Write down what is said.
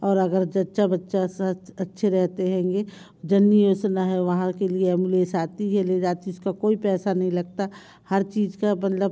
और अगर जच्चा बच्चा अच्छे रहते हैंगे जननी योजना है वहाँ के लिए एम्बुलेस आती है ले जाती उसका कोई पैसा नहीं लगता हर चीज़ का मतलब